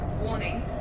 Warning